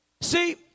See